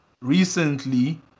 recently